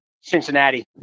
Cincinnati